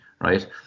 right